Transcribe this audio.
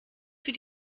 für